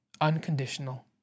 unconditional